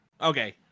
okay